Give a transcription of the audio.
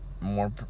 More